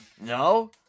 No